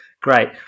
Great